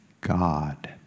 God